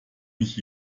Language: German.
mich